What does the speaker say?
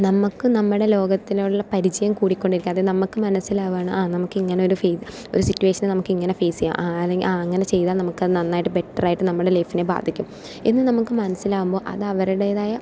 നമുക്ക് നമ്മുടെ ലോകത്തിലുള്ള പരിചയം കൂടി കൊണ്ടിരിക്യ അത് നമുക്ക് മനസ്സിലാകാനാണ് ആ നമുക്ക് ഇങ്ങനെ ഒരു സിറ്റുവേഷനെ നമുക്കെങ്ങനെ ഫേസ് ചെയ്യാം ആ അല്ലെങ്കിൽ ആ അങ്ങനെ ചെയ്താൽ നമുക്കത് നന്നായിട്ട് ബെറ്ററായിട്ട് നമ്മുടെ ലൈഫിനെ ബാധിക്കും എന്ന് നമുക്ക് മനസ്സിലാകുമ്പോൾ അത് അവരുടേതായ